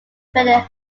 threatening